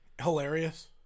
Hilarious